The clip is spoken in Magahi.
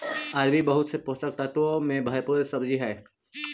अरबी बहुत से पोषक तत्वों से भरपूर सब्जी हई